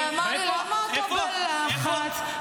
למה אתה בלחץ?